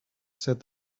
said